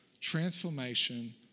transformation